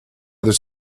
other